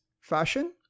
fashion